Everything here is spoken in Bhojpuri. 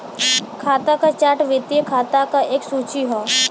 खाता क चार्ट वित्तीय खाता क एक सूची हौ